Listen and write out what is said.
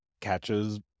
catches